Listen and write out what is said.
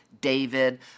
David